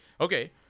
Okay